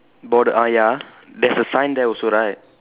bord~ ah ya there's a sign there also right